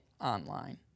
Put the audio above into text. online